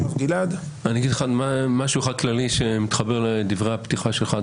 אני אגיד לך משהו אחד כללי שמתחבר לדברי הפתיחה שלך.